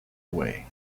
away